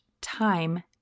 time